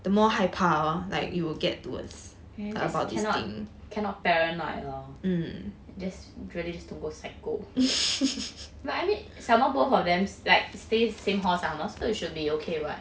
eh cannot cannot paranoid lor just don't go psycho but I mean somemore both of them like stay same hall somemore so it should be okay [what]